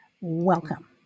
welcome